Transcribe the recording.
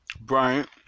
Bryant